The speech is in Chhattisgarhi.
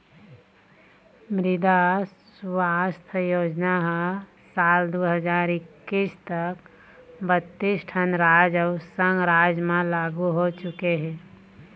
मृदा सुवास्थ योजना ह साल दू हजार एक्कीस तक बत्तीस ठन राज अउ संघ राज मन म लागू हो चुके हे